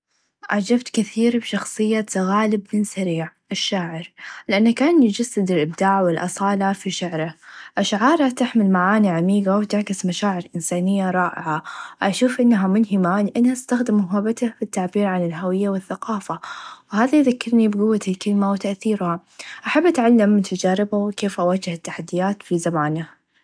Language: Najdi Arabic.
اعچبت كثير بشخصيه غالب بن سريع الشاعر لأنه كان يچسد الإبداع و الأصاله في شعره أشعاره تحمل معاني عميقه و تعكس مشاعر انسانيه رائعه أشوف إنها مونهى معاني إنه استخدم موهبته في التعبير عن الهويه و الثقافه و هذا ذكرني بقوه الكلمه و تأثيرها احب اتعلم من تچاربه و كيف أواچه التحديات في زمانه.